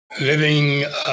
living